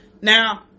Now